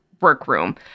workroom